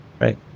right